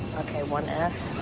okay, one f,